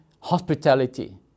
hospitality